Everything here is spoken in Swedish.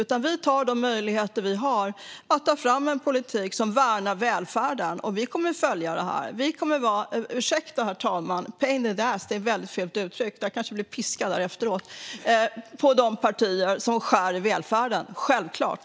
Utan vi tar de möjligheter vi har att ta fram en politik som värnar välfärden, och vi kommer att följa detta. Vi kommer att vara - ursäkta, herr talman - a pain in the ass. Det är ett väldigt fult uttryck; jag kanske blir piskad här efteråt. Det kommer vi hur som helst att vara på de partier som skär i välfärden. Det är självklart.